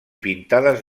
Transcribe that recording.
pintades